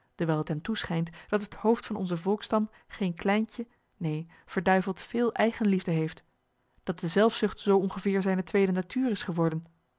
dewijl het hem toeschijnt dat het h o o f d van onzen vo l k s s t a m geen kleintje neen verduiveld veel eigenliefde heeft dat de zelfzucht zoo ongeveer zijne tweede natuur is geworden